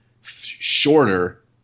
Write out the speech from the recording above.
shorter